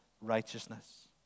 righteousness